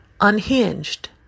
Unhinged